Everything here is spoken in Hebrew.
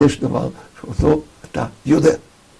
יש דבר שהוא טוב אתה יודע